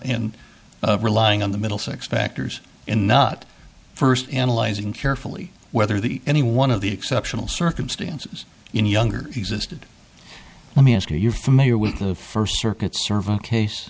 and relying on the middlesex factors in not first analyzing carefully whether the any one of the exceptional circumstances in younger existed let me ask you you're familiar with the first circuit servant case